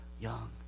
young